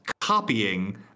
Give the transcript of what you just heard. copying